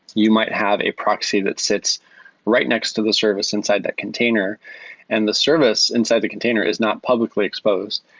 you might have a proxy that sits right next to the service inside that container and the service inside the container is not publicly exposed.